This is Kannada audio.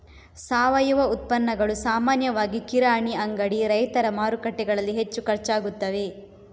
ಸಾವಯವ ಉತ್ಪನ್ನಗಳು ಸಾಮಾನ್ಯವಾಗಿ ಕಿರಾಣಿ ಅಂಗಡಿ, ರೈತರ ಮಾರುಕಟ್ಟೆಗಳಲ್ಲಿ ಹೆಚ್ಚು ಖರ್ಚಾಗುತ್ತವೆ